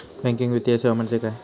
Banking वित्तीय सेवा म्हणजे काय?